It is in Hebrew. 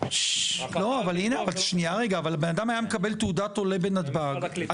אדם היה מקבל תעודת עולה בנתב"ג,